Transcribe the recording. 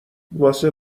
واسه